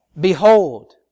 Behold